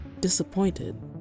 disappointed